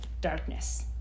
Darkness